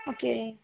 okay